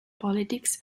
politics